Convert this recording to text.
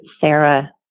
Sarah